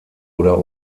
oder